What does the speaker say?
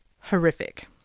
horrific